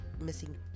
missing